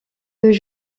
deux